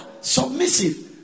submissive